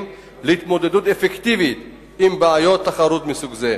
להתמודדות אפקטיבית עם בעיות תחרות מסוג זה.